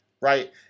right